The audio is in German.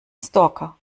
stalker